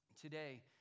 Today